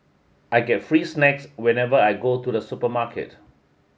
I get free snacks whenever I go to the supermarket